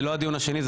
זה לא הדיון השני.